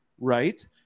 right